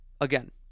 again